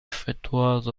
effettuata